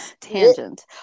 tangent